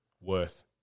worth